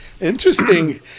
Interesting